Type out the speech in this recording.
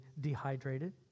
dehydrated